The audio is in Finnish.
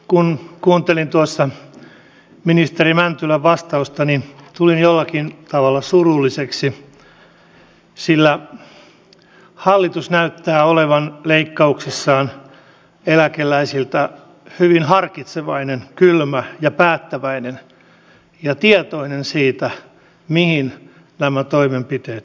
kun kuuntelin tuossa ministeri mäntylän vastausta niin tulin jollakin tavalla surulliseksi sillä hallitus näyttää olevan leikkauksissaan eläkeläisiltä hyvin harkitsevainen kylmä ja päättäväinen ja tietoinen siitä mihin nämä toimenpiteet johtavat